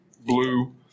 blue